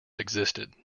existed